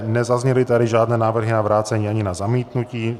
Nezazněly tady žádné návrhy na vrácení ani na zamítnutí.